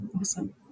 Awesome